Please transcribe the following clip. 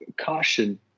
caution